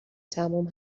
تموم